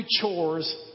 chores